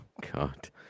God